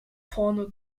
vorne